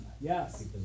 yes